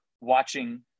watching